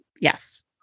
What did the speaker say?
Yes